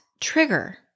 trigger